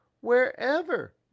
wherever